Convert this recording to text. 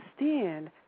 understand